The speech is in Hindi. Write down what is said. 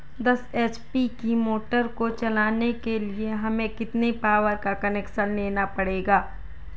दस एच.पी की मोटर को चलाने के लिए हमें कितने पावर का कनेक्शन लेना पड़ेगा?